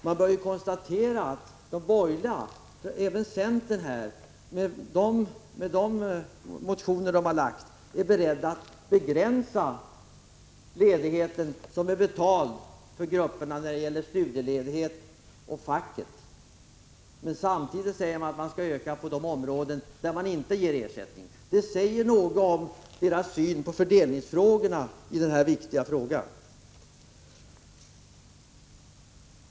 Man bör konstatera att de borgerliga, även centern, med sina motionsyrkanden är beredda att begränsa den betalda ledigheten, t.ex. för studier och för fackligt arbete. Samtidigt säger man att man vill öka ledigheten på områden där det inte ges ersättning. Det säger något om synen på fördelningsfrågorna inom de borgerliga partierna.